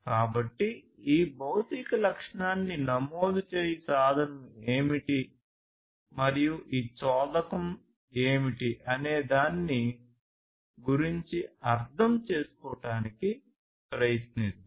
కాబట్టి ఈ భౌతిక లక్షణాన్ని నమోదు చేయు సాధనము ఏమిటి మరియు ఈ చోదకo ఏమిటి అనే దాని గురించి అర్థం చేసుకోవడానికి ప్రయత్నిద్దాం